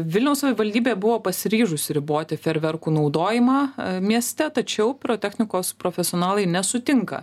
vilniaus savivaldybė buvo pasiryžusi riboti fejerverkų naudojimą mieste tačiau pirotechnikos profesionalai nesutinka